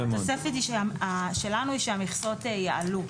התוספת שלנו היא שהמכסות יעלו.